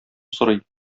сорый